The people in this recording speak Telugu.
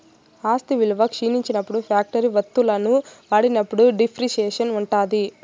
ఆస్తి విలువ క్షీణించినప్పుడు ఫ్యాక్టరీ వత్తువులను వాడినప్పుడు డిప్రిసియేషన్ ఉంటాది